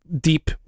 deep